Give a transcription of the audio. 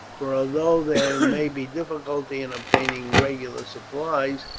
for although there may be difficulty in obtaining regular supplies,